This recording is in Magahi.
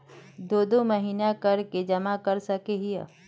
दो दो महीना कर के जमा कर सके हिये?